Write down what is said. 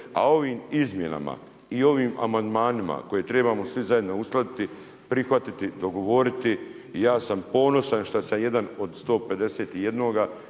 a ovim izmjenama i ovim amandmanima koje trebamo svi zajedno uskladiti, prihvatiti, dogovoriti, ja sam ponosan šta sam jedan od 151,